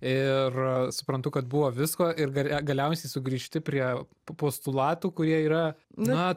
ir suprantu kad buvo visko ir ga galiausiai sugrįžti prie postulatų kurie yra na